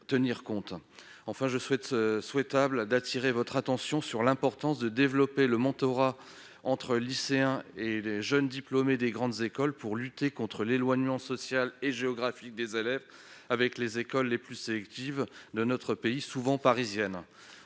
Enfin, je souhaite attirer votre attention sur l'importance de développer le mentorat entre lycéens et jeunes diplômés des grandes écoles, pour contrer l'éloignement social et géographique des élèves des écoles les plus sélectives de notre pays, souvent parisiennes.